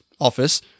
office